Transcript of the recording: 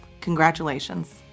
Congratulations